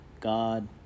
God